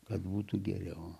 kad būtų geriau